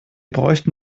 bräuchten